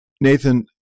Nathan